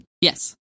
Yes